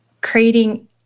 creating